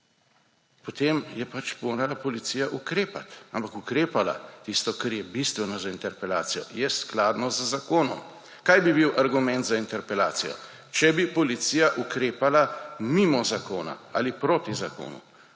potem je pač morala policija ukrepati. Ampak ukrepala − tisto, kar je bistveno za interpelacijo − je skladno z zakonom. Kaj bi bil argument za interpelacijo? Če bi policija ukrepala mimo zakona ali proti zakonu,